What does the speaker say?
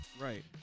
Right